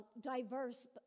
diverse